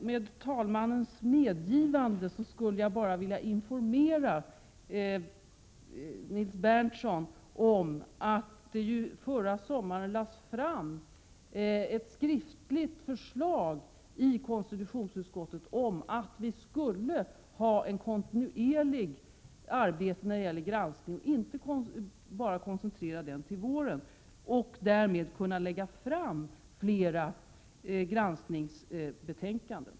Med talmannens medgivande skulle jag bara vilja informera Nils Berndtson om att det förra sommaren lades fram ett skriftligt förslag i konstitutionsutskottet om att vi skulle ha ett kontinuerligt arbete när det gäller granskning och inte bara koncentrera granskningen till våren. Därmed skulle vi kunna lägga fram flera granskningsbetänkanden.